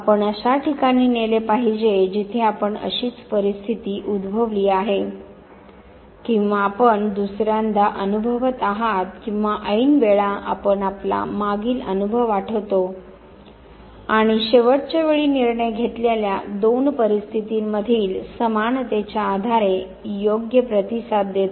आपण अशा ठिकाणी नेले पाहिजे जिथे आपण अशीच परिस्थिती उद्भवली आहे किंवा आपण दुसऱ्यांदा अनुभवत आहात किंवा ऐन वेळा आपण आपला मागील अनुभव आठवतो आणि शेवटच्या वेळी निर्णय घेतलेल्या दोन परिस्थितींमधील समानतेच्या आधारे योग्य प्रतिसाद देतो